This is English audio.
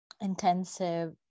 intensive